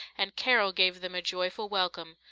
and carol gave them a joyful welcome.